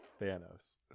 Thanos